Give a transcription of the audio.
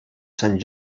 sant